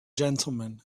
gentlemen